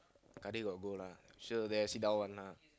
Kadir got go lah sure there sit down one lah